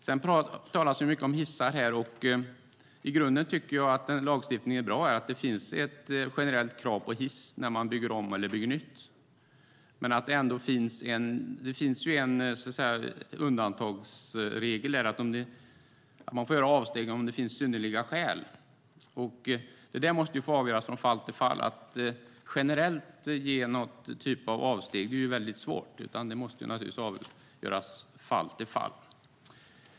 Det talas mycket om hissar här. I grunden tycker jag att lagstiftningen är bra. Det finns ett generellt krav på hiss när man bygger om eller bygger nytt. Men det finns en undantagsregel här. Man får göra avsteg om det finns synnerliga skäl. Det där måste få avgöras från fall till fall. Att generellt nämna något fall då man får göra avsteg är väldigt svårt. Det måste naturligtvis avgöras från fall till fall.